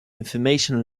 information